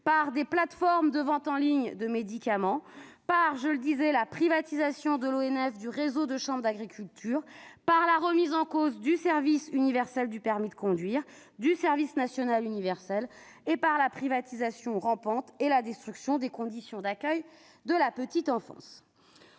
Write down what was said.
des plateformes de vente en ligne de médicaments, par la privatisation de l'ONF et du réseau des chambres d'agriculture, par la remise en cause du service universel du permis de conduire et du service national universel, par la privatisation rampante et la destruction des structures d'accueil de la petite enfance.